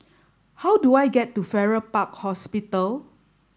how do I get to Farrer Park Hospital